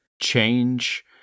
change